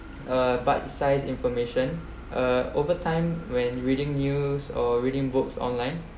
uh bite size information uh overtime when reading news or reading books online